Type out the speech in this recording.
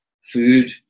food